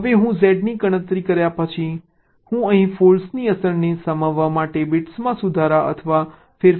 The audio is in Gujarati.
હવે હું Z ની ગણતરી કર્યા પછી હું અહીં ફોલ્ટ્સની અસરને સમાવવા માટે બિટ્સમાં સુધારા અથવા ફેરફારો કરું છું